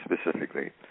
specifically